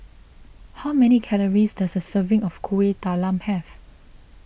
how many calories does a serving of Kuih Talam have